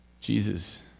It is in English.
Jesus